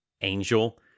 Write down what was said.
angel